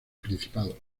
principado